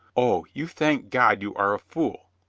o, you thank god you are a fool.